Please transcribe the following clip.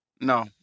No